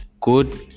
good